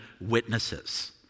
witnesses